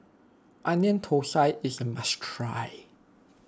Onion Thosai is a must try